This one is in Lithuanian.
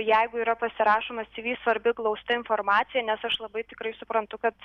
jeigu yra pasirašoma cv svarbi glausta informacija nes aš labai tikrai suprantu kad